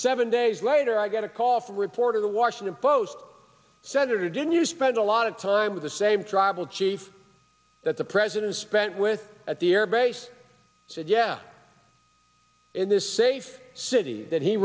seven days later i got a call from reporter the washington post senator didn't you spread a lot of time with the same drive of chief that the president spent with at the airbase said yeah in this safe city that he